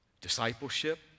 discipleship